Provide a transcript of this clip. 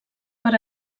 per